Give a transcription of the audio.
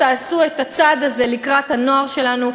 תעשו את הצעד הזה לקראת הנוער שלנו.